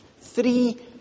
Three